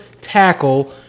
tackle